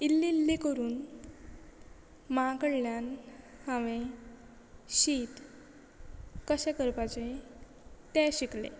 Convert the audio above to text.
इल्ली इल्ली करून माँ कडल्यान हांवें शीत कशें करपाचें तें शिकलें